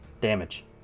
Damage